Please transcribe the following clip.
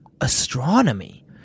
astronomy